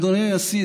אדוני הנשיא,